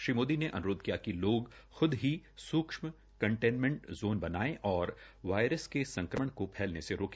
श्री मोदी ने अनुरोध किया कि लोग खुद ही सूक्षम कंटेनमेंट ज़ोन बनायें और वायरस के संक्रमण को फैलने से रोके